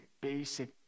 basic